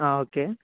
okay